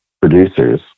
producers